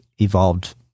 evolved